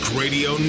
radio